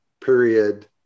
period-